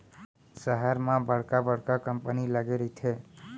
सहर म बड़का बड़का कंपनी लगे रहिथे